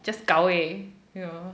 just gao wei you know